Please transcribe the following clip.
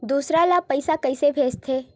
दूसरा ला कइसे पईसा भेजथे?